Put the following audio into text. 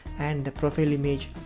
and the profile image.